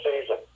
season